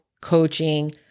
coaching